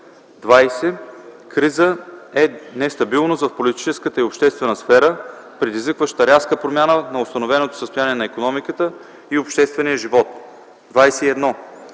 20. „Криза” е нестабилност в политическата и обществената сфера, предизвикваща рязка промяна на установеното състояние на икономиката и обществения живот. 21.